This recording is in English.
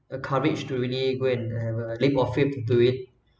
a courage to really go and have a leap of faith to do it